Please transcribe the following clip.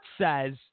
says